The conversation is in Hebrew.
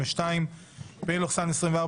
התשפ"א-2021 (פ/1555/24),